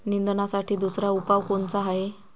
निंदनासाठी दुसरा उपाव कोनचा हाये?